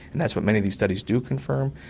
and that's what many of these studies do confirm,